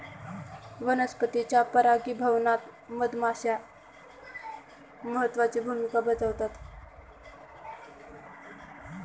वनस्पतींच्या परागीभवनात मधमाश्या महत्त्वाची भूमिका बजावतात